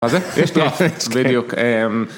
מה זה? יש לך? בדיוק.